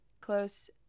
close